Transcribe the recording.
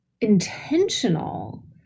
intentional